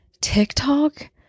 tiktok